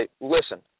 listen